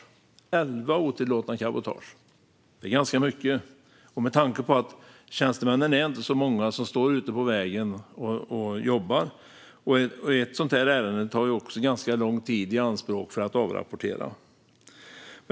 Det är ganska mycket med tanke på att det inte är så många tjänstemän som står ute på vägen och jobbar samt att det tar lång tid i anspråk att avrapportera ett ärende.